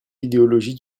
l’idéologie